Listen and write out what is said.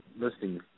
listing